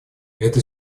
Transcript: эта